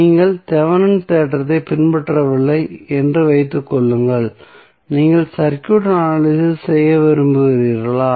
நீங்கள் தெவெனின் தேற்றத்தைப் பின்பற்றவில்லை என்று வைத்துக் கொள்ளுங்கள் நீங்கள் சர்க்யூட் அனலிசிஸ் செய்ய விரும்புகிறீர்களா